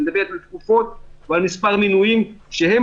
היא מדברת על תקופות ועל מספר מינויים שהם